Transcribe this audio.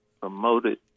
promoted